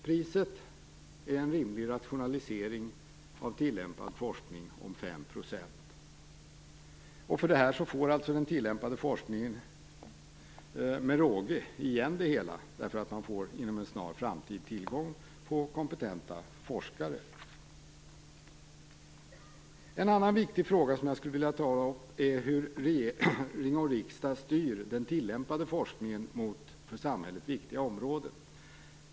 Priset är en rimlig rationalisering av tillämpad forskning om 5 %. Den tillämpade forskningen får med råge igen det hela, eftersom man inom en snar framtid får tillgång till kompetenta forskare. En annan viktig fråga som jag skulle vilja ta upp är hur regering och riksdag styr den tillämpade forskningen mot för samhället viktiga områden.